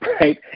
Right